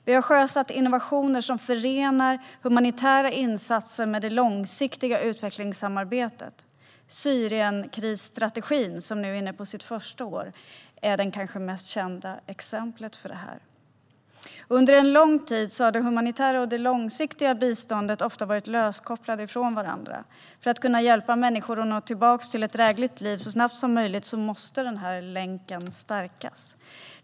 Vi har sjösatt innovationer som förenar humanitära insatser med det långsiktiga utvecklingssamarbetet. Syrienkrisstrategin, som nu är inne på sitt första år, är kanske det mest kända exemplet på detta. Under en lång tid har det humanitära och det långsiktiga biståndet ofta varit löskopplade från varandra. För att kunna hjälpa människor att nå tillbaka till ett drägligt liv så snabbt som möjligt måste den här länken stärkas.